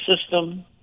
system